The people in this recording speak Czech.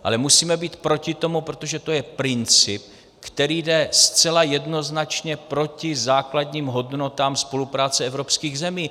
Ale musíme být proti tomu, protože to je princip, který jde zcela jednoznačně proti základním hodnotám spolupráce evropských zemí.